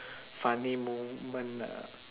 funny moment uh